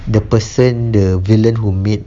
the person the villain who made